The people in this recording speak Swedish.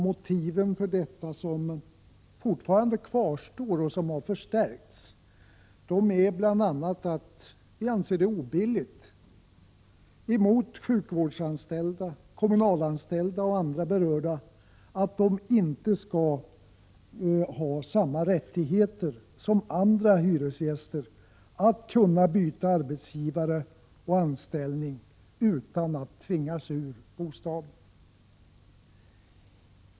Motivet för detta — som fortfarande kvarstår och har förstärkts — är bl.a. att vi anser det obilligt att sjukvårdsanställda kommunalanställda och andra inte skall ha samma rättigheter som andra hyresgäster att kunna byta arbetsgivare och anställning utan att tvingas ur bostaden.